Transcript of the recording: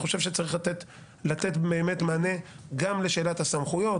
ואני חושב שצריך לתת מענה גם לשאלת הסמכויות,